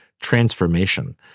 transformation